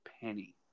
penny